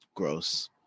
gross